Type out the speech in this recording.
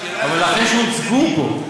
אבל אחרי שהוצגו פה.